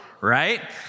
right